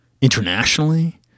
internationally